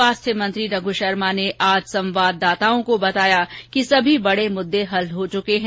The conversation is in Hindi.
स्वास्थ्य मंत्री रघु शर्मा ने आज संवाददाताओं को बताया कि सभी बड़े मुद्दे हल हो चुके हैं